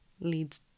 leads